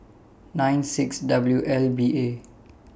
nine six W L B A